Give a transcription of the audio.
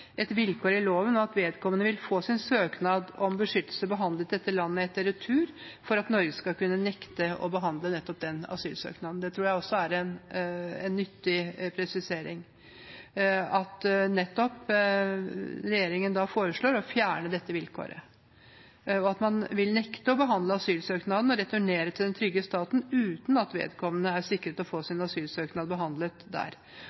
et vilkår i loven om at vedkommende vil få sin søknad om beskyttelse behandlet i dette landet etter retur, for at Norge skal kunne nekte å behandle nettopp den asylsøknaden. Jeg tror det er en nyttig presisering at regjeringen foreslår å fjerne dette vilkåret, og at man vil nekte å behandle asylsøknaden – og returnere vedkommende til den trygge staten, uten at vedkommende er sikret å få sin asylsøknad behandlet der.